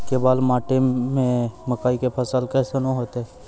केवाल मिट्टी मे मकई के फ़सल कैसनौ होईतै?